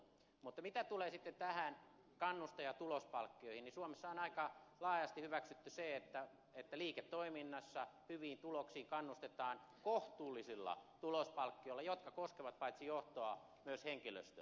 mutta mitä tulee sitten kannuste ja tulospalkkoihin niin suomessa on aika laajasti hyväksytty se että liiketoiminnassa hyviin tuloksiin kannustetaan kohtuullisilla tulospalkkioilla jotka koskevat paitsi johtoa myös henkilöstöä